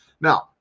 Now